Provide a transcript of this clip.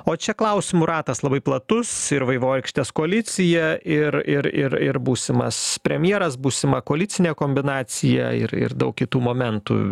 o čia klausimų ratas labai platus ir vaivorykštės koalicija ir ir ir ir būsimas premjeras būsima koalicinė kombinacija ir ir daug kitų momentų